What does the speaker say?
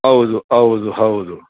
ಹೌದು ಹೌದು ಹೌದು